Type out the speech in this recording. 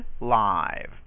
live